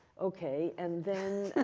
okay. and then,